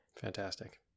fantastic